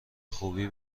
خوبی